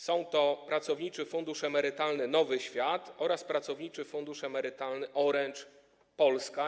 Są to Pracowniczy Fundusz Emerytalny Nowy Świat oraz Pracowniczy Fundusz Emerytalny Orange Polska.